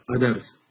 others